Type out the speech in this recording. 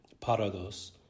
Parados